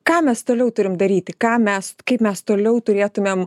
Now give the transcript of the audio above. ką mes toliau turim daryti ką mes kaip mes toliau turėtumėm